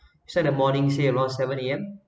said the morning say around seven A_M